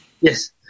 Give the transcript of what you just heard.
Yes